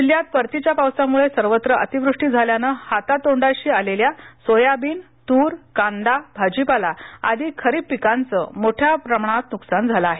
जिल्ह्यात परतीच्या पावसामुळे सर्वत्र अतिवृष्टी झाल्याने हाता तोंडाशी आलेल्या सोयाबीन तूर कांदा भाजीपाला आदी खरीप पीकांचे मोठ्याप्रमाणात नुकसान झाल आहे